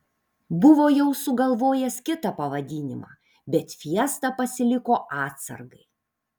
buvo jau sugalvojęs kitą pavadinimą bet fiestą pasiliko atsargai